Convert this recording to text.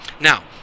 Now